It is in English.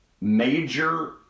major